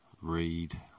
read